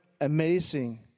amazing